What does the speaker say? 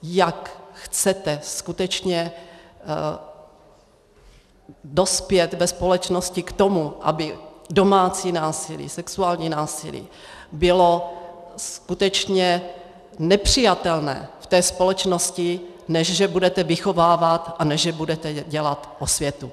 Jak chcete skutečně dospět ve společnosti k tomu, aby domácí násilí, sexuální násilí bylo skutečně nepřijatelné v té společnosti, než že budete vychovávat a než že budete dělat osvětu?